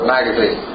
Magazine